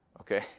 Okay